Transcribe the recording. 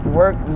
work